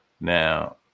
Now